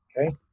okay